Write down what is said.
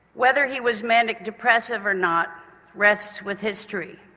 whether he was manic depressive or not rests with history.